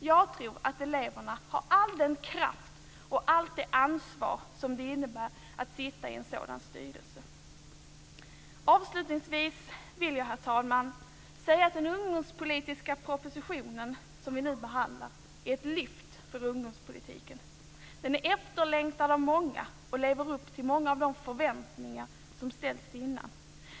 Jag tror att eleverna har all den kraft och allt det ansvar som det innebär att sitta i en sådan styrelse. Avslutningsvis vill jag, herr talman, säga att den ungdomspolitiska proposition som vi nu behandlar är ett lyft för ungdomspolitiken. Den är efterlängtad av många och lever upp till många av de förväntningar som ställts innan.